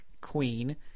Queen